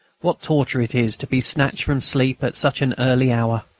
what torture it is to be snatched from sleep at such an early hour!